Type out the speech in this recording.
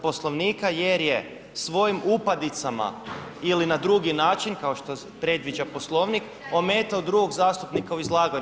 Poslovnika jer je svojim upadicama ili na drugi način kao što predviđa Poslovnik ometao drugog zastupnika u izlaganju.